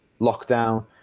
lockdown